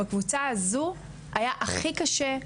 בקבוצה הזו היה הכי קשה,